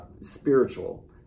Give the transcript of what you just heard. spiritual